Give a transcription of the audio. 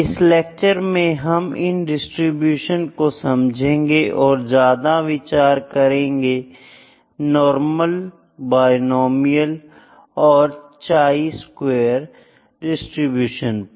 इस लेक्चर में हम इन डिस्ट्रीब्यूशन को समझेंगे और ज्यादा विचार करेंगे नॉर्मल बायनॉमिनल और चाई स्क्वेयर डिस्ट्रीब्यूशन पर